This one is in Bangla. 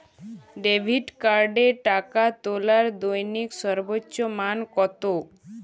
ডেবিট কার্ডে টাকা তোলার দৈনিক সর্বোচ্চ মান কতো?